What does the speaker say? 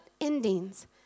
endings